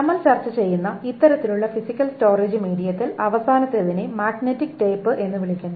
നമ്മൾ ചർച്ച ചെയ്യുന്ന ഇത്തരത്തിലുള്ള ഫിസിക്കൽ സ്റ്റോറേജ് മീഡിയത്തിൽ അവസാനത്തേതിനെ മാഗ്നറ്റിക് ടേപ്പ് എന്ന് വിളിക്കുന്നു